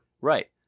Right